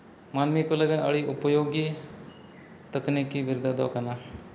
ᱢᱟᱹᱱᱢᱤ ᱠᱚ ᱞᱟᱹᱜᱤᱫ ᱟᱹᱰᱤ ᱩᱯᱚᱡᱳᱜᱤ ᱛᱟᱹᱠᱱᱤᱠᱤ ᱵᱤᱨᱫᱟᱹ ᱫᱚ ᱠᱟᱱᱟ